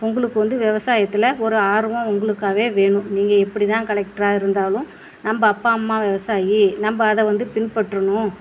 உங்களுக்கு வந்து விவசாயத்துல ஒரு ஆர்வம் உங்களுக்காவே வேணும் நீங்கள் எப்படி தான் காலெக்டராக இருந்தாலும் நம்ம அப்பா அம்மா விவசாயி நம்ம அதை வந்து பின்பற்றணும்